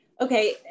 okay